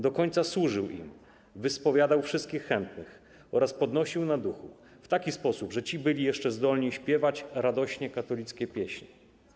Do końca służył im, wyspowiadał wszystkich chętnych oraz podnosił na duchu w taki sposób, że ci byli jeszcze zdolni śpiewać radośnie katolickie pieśni.